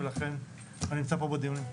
ולכן אני נמצא פה בדיונים.